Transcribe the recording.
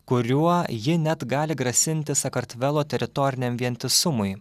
kuriuo ji net gali grasinti sakartvelo teritoriniam vientisumui